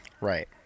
right